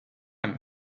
long